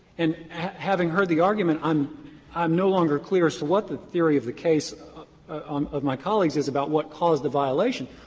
and having heard the argument, i'm i'm no longer clear as to what the theory of the case um of my colleague's is about what caused the violation.